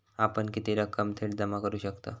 आपण किती रक्कम थेट जमा करू शकतव?